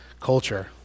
culture